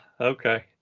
okay